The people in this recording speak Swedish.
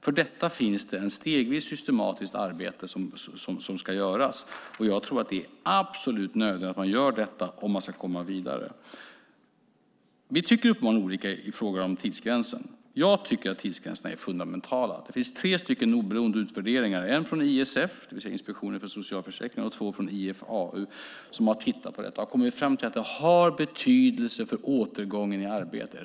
För detta finns ett stegvis systematiskt arbete som ska göras, och jag tror att det är absolut nödvändigt att det görs om man ska komma vidare. Vi tycker uppenbarligen olika i fråga om tidsgränserna. Jag tycker att tidsgränserna är fundamentala. Det finns tre oberoende utvärderingar, en från ISF, Inspektionen för socialförsäkringen, och två från IFAU, som har tittat på detta och kommit fram till att det har betydelse för återgången i arbete.